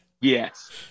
Yes